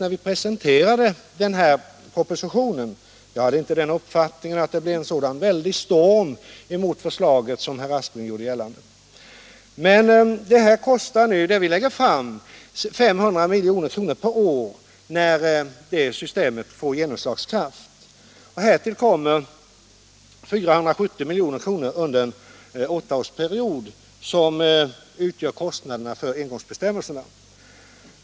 När vi presenterade denna proposition blev det enligt min mening inte en sådan väldig storm mot förslaget som herr Aspling här gjorde gällande. Men nu lägger vi fram ett förslag som kostar 500 milj.kr. per år, när systemet får fullt genomslag. Härtill kommer 470 milj.kr. under en åttaårsperiod som utgör kostnaderna för övergångsbestämmelserna.